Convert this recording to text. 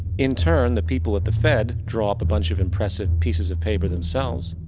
in turn the people of the fed drop a bunch of impressive pieces of papers themselves.